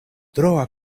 troa